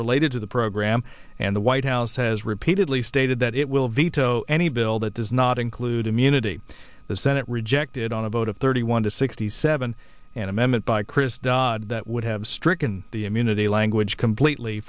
related to the program and the white house has repeatedly stated that it will veto any bill that does not include immunity the senate rejected on a vote of thirty one to sixty seven an amendment by chris dodd that would have stricken the immunity language completely